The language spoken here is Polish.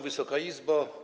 Wysoka Izbo!